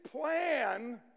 plan